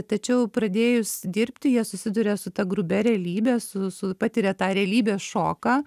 tačiau pradėjus dirbti jie susiduria su ta grubia realybe su su patiria tą realybės šoką